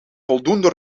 voldoende